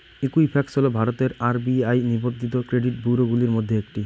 Equifax হল ভারতের RBI নিবন্ধিত ক্রেডিট ব্যুরোগুলির মধ্যে একটি